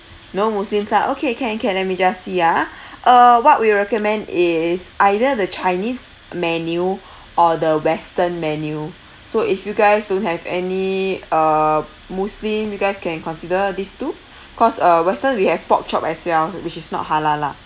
no muslims lah okay can can let me just see ah uh what we recommend is either the chinese menu or the western menu so if you guys don't have any uh muslim you guys can consider these two cause uh western we have pork chop as well which is not halal lah